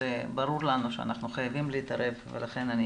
ברור לנו שאנחנו חייבים להתערב ולכן אני